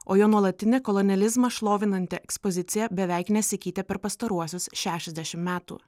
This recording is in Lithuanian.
o jo nuolatinė kolonializmą šlovinanti ekspozicija beveik nesikeitė per pastaruosius šešiasdešimt metų